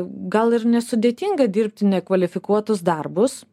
gal ir nesudėtinga dirbti nekvalifikuotus darbus